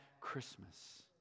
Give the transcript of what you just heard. Christmas